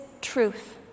truth